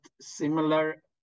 similar